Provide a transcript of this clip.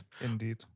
Indeed